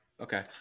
Okay